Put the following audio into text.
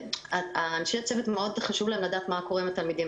לאנשי הצוות חשוב לדעת מה קורה עם התלמידים,